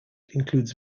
includes